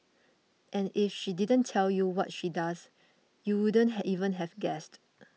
and if she didn't tell you what she does you wouldn't have even have guessed